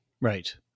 right